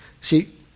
See